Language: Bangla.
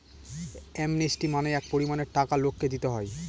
অ্যামনেস্টি মানে এক পরিমানের টাকা লোককে দিতে হয়